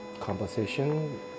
conversation